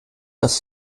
das